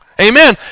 Amen